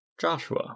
Joshua